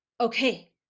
okay